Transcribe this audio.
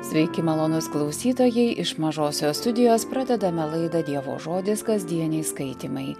sveiki malonūs klausytojai iš mažosios studijos pradedame laida dievo žodis kasdieniai skaitymai